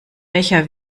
becher